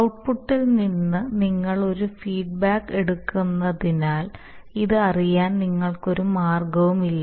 ഔട്ട്പുട്ടിൽ നിന്ന് നിങ്ങൾ ഒരു ഫീഡ്ബാക്ക് എടുക്കാത്തതിനാൽ ഇത് അറിയാൻ നിങ്ങൾക്ക് ഒരു മാർഗവുമില്ല